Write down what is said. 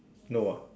no ah